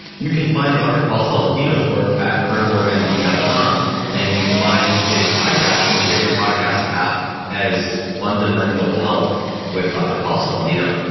you can find dr. paul saladino's work at carnivoremd dot com and you can find his podcast in your favorite podcast app as fundamental health with dr. paul saladino.